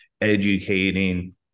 educating